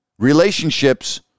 relationships